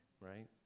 right